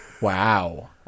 Wow